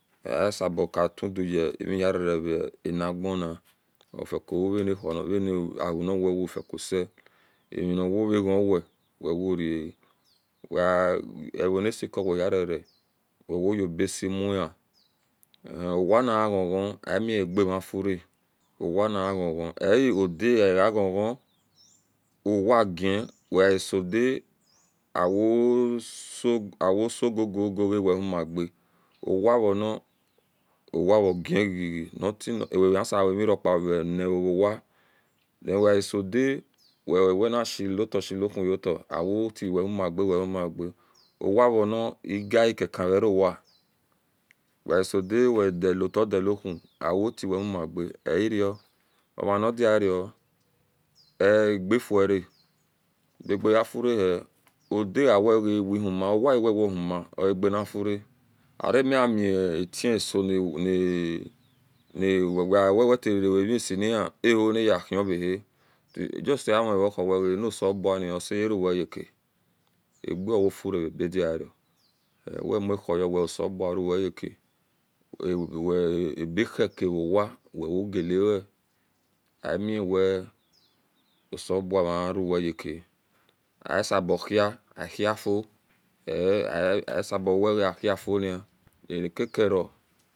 omahadavodie awunigamuzeozeo omahiebakabe amuziozio ohengamu omakenbatahe ohiegamu oanbatae onigazupupa nayenbasumu ogaregefi ageiwoni ozeanawa ano wabena na woauo ebekakaba wohumani anibieomo nimitwoomokoe niyeyeyo ogarami we oavo nara mayo oni sabi yomoyo abiomi ayagaro o otihe otwemanadininao oara nahi arabro wagayo nhenihn ettaedia onzeoniwo kakabuhoma oomamahuma niyeyowe ba nimahisaeyo oniyomonizeyo opani oniveam itwenireyoboni noyeyo opayini arenimuwe waegadioyi eniyoabami oyiwi